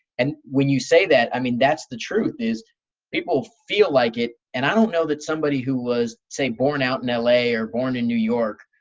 and when you say that, i mean, that's the truth is people feel like it. and i don't know that somebody who was say born out in ah la or born in new york,